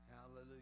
Hallelujah